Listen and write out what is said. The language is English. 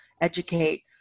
educate